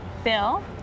Bill